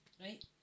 right